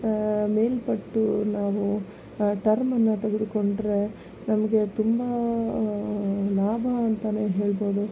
ಮೇಲ್ಪಟ್ಟು ನಾವು ಟರ್ಮನ್ನು ತೆಗೆದುಕೊಂಡರೆ ನಮಗೆ ತುಂಬ ಲಾಭ ಅಂತಾನೇ ಹೇಳ್ಬೋದು